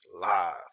live